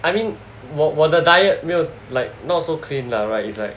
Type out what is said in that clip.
I mean 我我的 diet 没有 like not so clean lah right is like